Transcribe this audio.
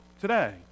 today